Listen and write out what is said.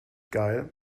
geil